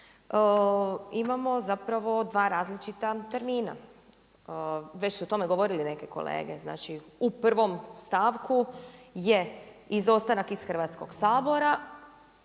imamo zapravo dva različita termina, već su o tome govorili neke kolege, znači u prvom stavku je izostanak iz Hrvatskog sabora,